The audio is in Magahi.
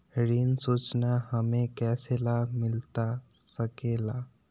ऋण सूचना हमें कैसे लाभ मिलता सके ला?